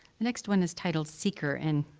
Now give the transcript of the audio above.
next one is titled seeker, and